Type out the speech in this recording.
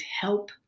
help